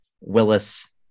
willis